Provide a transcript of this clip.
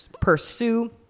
pursue